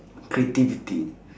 creativity